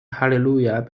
hallelujah